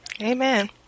Amen